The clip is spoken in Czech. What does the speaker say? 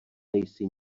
nejsi